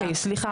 אוקיי, סליחה.